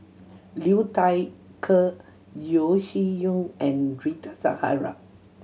Liu Thai Ker Yeo Shih Yun and Rita Zahara